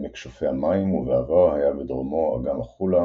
העמק שופע מים ובעבר היה בדרומו אגם החולה